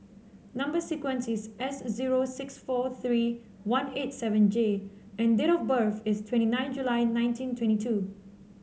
number sequence is S zero six four three one eight seven J and date of birth is twenty nine July nineteen twenty two